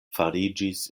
fariĝis